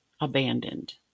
abandoned